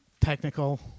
technical